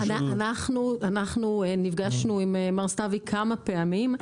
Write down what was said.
אנחנו נפגשנו עם מר סתוי כמה פעמים,